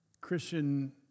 Christian